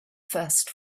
first